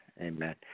Amen